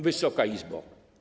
Wysoka Izbo!